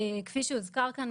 כפי שהוזכר כאן,